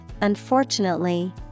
unfortunately